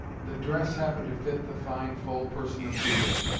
the dress happened to fit the fine, full person of judith,